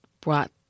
brought